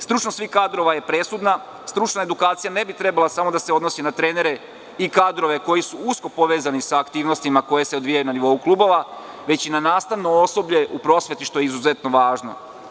Stručnost svih kadrova je presudna, a stručna edukacija ne trebalo samo da se odnosi na trenere i kadrove koji su usko povezani sa aktivnostima koje se odvijaju na nivou klubova, već i na nastavno osoblje u prosveti, što je izuzetno važno.